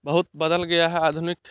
बहुत बदल गया है आधुनिक